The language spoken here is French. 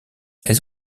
elles